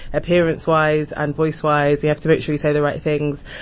appearance-wise and voice-wise. you have to make sure you say the right things.